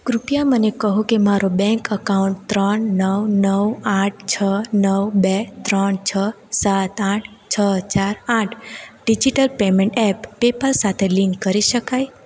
કૃપયા મને કહો કે મારો બેંક એકાઉન્ટ ત્રણ નવ નવ આઠ છ નવ બે ત્રણ છ સાત આઠ છ ચાર આઠ ડીજીટલ પેમેંટ એપ પેપાલ સાથે લિંક કરી શકાય